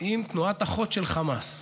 עם תנועת אחות של חמאס.